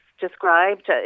described